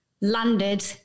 landed